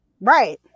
Right